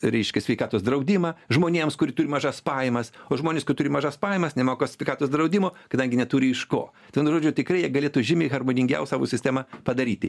reiškia sveikatos draudimą žmonėms kurie turi mažas pajamas o žmonės kur turi mažas pajamas nemoka sveikatos draudimo kadangi neturi iš ko tai vieniu žodžiu tikrai jie galėtų žymiai harmoningiau savo sistemą padaryti